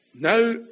Now